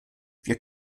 wir